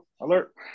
alert